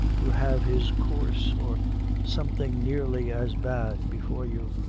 you have his coorse, or something nearly as bad, before you.